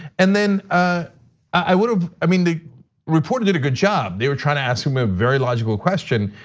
and then ah i sort of i mean the reporter did a good job, they were trying to ask him a very logical question.